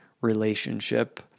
relationship